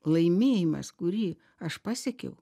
laimėjimas kurį aš pasiekiau